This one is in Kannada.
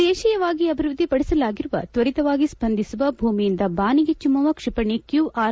ದೇಶೀಯವಾಗಿ ಅಭಿವೃದ್ದಿ ಪಡಿಸಲಾಗಿರುವ ತ್ವರಿತವಾಗಿ ಸ್ಪಂದಿಸುವ ಭೂಮಿಯಿಂದ ಬಾನಿಗೆ ಚಿಮ್ಮುವ ಕ್ಷಿಪಣಿ ಕ್ಯು ಆರ್